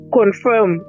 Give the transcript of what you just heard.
confirm